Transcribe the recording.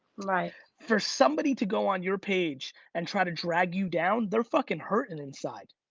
like for somebody to go on your page and try to drag you down, they're fucking hurting inside.